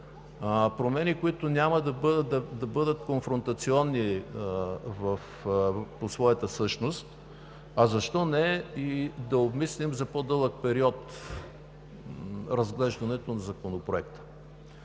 промени, които няма да бъдат конфронтационни по своята същност. А защо не да помислим и за по-дълъг период за разглеждането на Законопроекта?